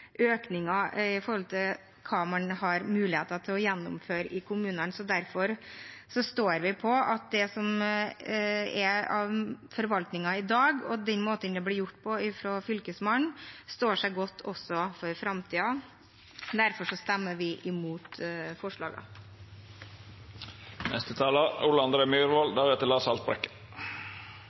til hva man har mulighet til å gjennomføre i kommunene. Derfor står vi på at forvaltningen i dag og måten dette blir gjort på av Fylkesmannen, står seg godt også for framtiden, og derfor stemmer vi imot